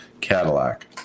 Cadillac